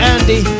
Andy